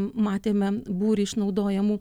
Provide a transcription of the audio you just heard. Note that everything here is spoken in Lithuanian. matėme būrį išnaudojamų